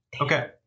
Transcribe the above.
Okay